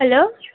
hello